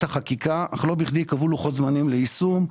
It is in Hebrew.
החקיקה אך לא בכדי קבעו לוחות זמנים ליישום.